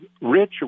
rich